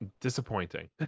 disappointing